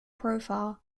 profile